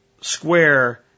square